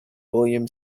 william